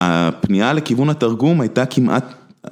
‫הפנייה לכיוון התרגום הייתה כמעט...